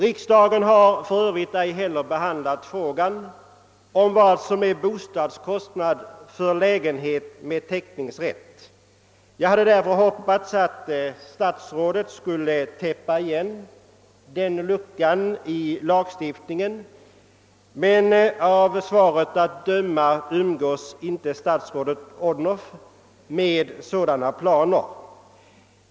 Riksdagen har för övrigt ej heller behandlat frågan om vad som är bostadskostnad för lägenhet med teckningsrätt. Jag hade därför hoppats att statsrådet skulle täppa igen den luckan i lagstiftningen, men av svaret att döma umgås inte statsrådet Odhnoff med sådana planer.